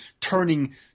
turning